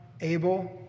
Abel